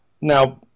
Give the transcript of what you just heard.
Now